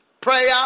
Prayer